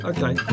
Okay